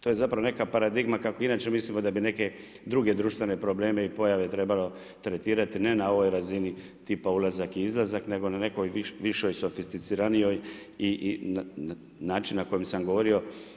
To je zapravo neka paradigma, kako inače mislimo, da bi neke druge društvene probleme i pojave trebalo tretirati, ne na ovoj razini, tipa ulazak i izlazak, nego na nekoj višoj, softiciranijoj i način, na koji sam govorio.